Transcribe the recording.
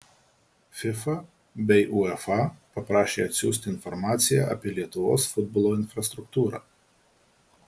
fifa bei uefa paprašė atsiųsti informaciją apie lietuvos futbolo infrastruktūrą